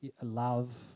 love